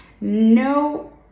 no